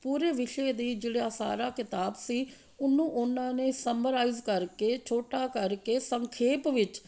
ਪੂਰੇ ਵਿਸ਼ੇ ਦੀ ਜਿਹੜਾ ਸਾਰਾ ਕਿਤਾਬ ਸੀ ਉਹਨੂੰ ਉਹਨਾਂ ਨੇ ਸਮਰਾਈਜ਼ ਕਰਕੇ ਛੋਟਾ ਕਰਕੇ ਸੰਖੇਪ ਵਿੱਚ